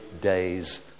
days